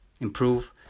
improve